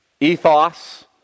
Ethos